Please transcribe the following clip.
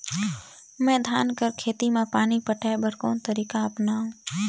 मैं धान कर खेती म पानी पटाय बर कोन तरीका अपनावो?